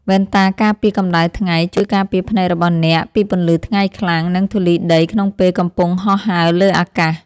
វ៉ែនតាការពារកម្ដៅថ្ងៃជួយការពារភ្នែករបស់អ្នកពីពន្លឺថ្ងៃខ្លាំង និងធូលីដីក្នុងពេលកំពុងហោះហើរលើអាកាស។